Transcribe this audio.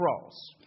cross